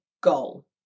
goal